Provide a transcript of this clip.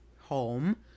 home